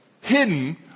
hidden